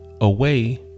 away